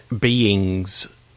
Beings